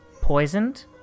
poisoned